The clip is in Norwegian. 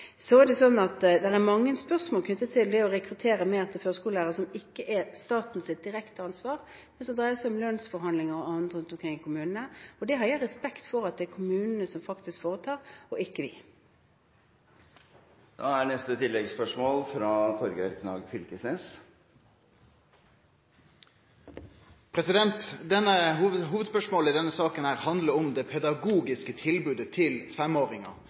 rekruttere førskolelærere, som ikke direkte er statens ansvar, men som dreier seg om lønnsforhandlinger og annet rundt omkring i kommunene. Det har jeg respekt for at det er kommunene som foretar, og ikke vi. Torgeir Knag Fylkesnes – til oppfølgingsspørsmål. Hovudspørsmålet i denne saka handlar om det pedagogiske tilbodet til